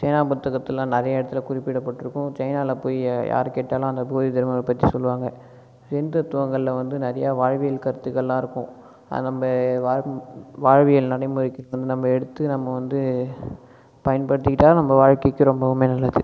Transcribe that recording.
China புத்தகத்துலலாம் நிறைய இடத்தில் குறிப்பிடப்பட்டுருக்கும் சைனாவில் போய் யாரை கேட்டாலும் அங்கே போதி தர்மனை பற்றி சொல்வாங்க ஜென் தத்துவங்களில் வந்து நிறையா வாழ்வியல் கருத்துக்கள்லாம் இருக்கும் அதை நம்ம வாழ் வாழ்வியல் நடைமுறைக்கு நம்ம எடுத்து நம்ம வந்து பயன்படுத்திக்கிட்டால் நம்ம வாழ்க்கைக்கு ரொம்பவுமே நல்லது